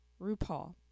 RuPaul